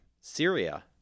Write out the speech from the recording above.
Syria